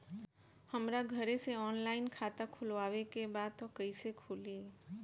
हमरा घरे से ऑनलाइन खाता खोलवावे के बा त कइसे खुली?